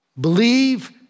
Believe